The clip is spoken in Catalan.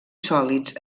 sòlids